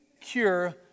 cure